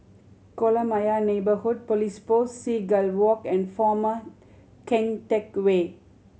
Kolam Ayer Neighbourhood Police Post Seagull Walk and Former Keng Teck Whay